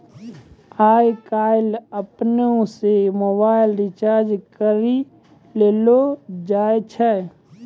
आय काइल अपनै से मोबाइल रिचार्ज करी लेलो जाय छै